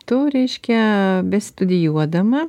tu reiškia bestudijuodama